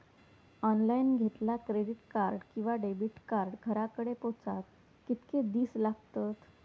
Online घेतला credit card किंवा debit card घराकडे पोचाक कितके दिस लागतत?